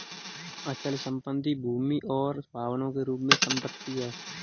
अचल संपत्ति भूमि और भवनों के रूप में संपत्ति है